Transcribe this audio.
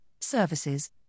services